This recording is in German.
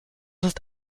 ist